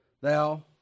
thou